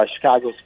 Chicago